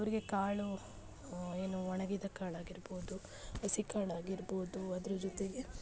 ಅವರಿಗೆ ಕಾಳು ಏನು ಒಣಗಿದ ಕಾಳು ಆಗಿರ್ಬೋದು ಹಸಿ ಕಾಳು ಆಗಿರ್ಬೋದು ಅದ್ರ ಜೊತೆಗೆ